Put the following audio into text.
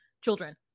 children